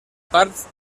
parts